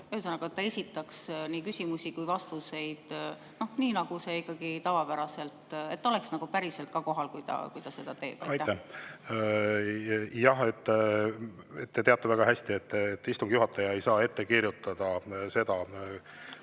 Ühesõnaga, et ta esitaks nii küsimusi kui ka vastuseid nagu tavapäraselt, et ta oleks nagu päriselt ka kohal, kui ta seda teeb. Aitäh! Te teate väga hästi, et istungi juhataja ei saa ette kirjutada seda,